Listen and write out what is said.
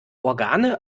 organe